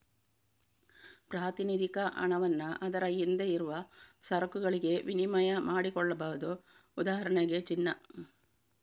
ಪ್ರಾತಿನಿಧಿಕ ಹಣವನ್ನ ಅದರ ಹಿಂದೆ ಇರುವ ಸರಕುಗಳಿಗೆ ವಿನಿಮಯ ಮಾಡಿಕೊಳ್ಬಹುದು ಉದಾಹರಣೆಗೆ ಚಿನ್ನ